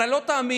אתה לא תאמין,